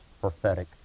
prophetic